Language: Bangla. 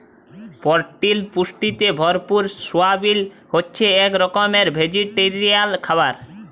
পরটিল পুষ্টিতে ভরপুর সয়াবিল হছে ইক রকমের ভেজিটেরিয়াল খাবার